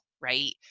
Right